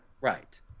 Right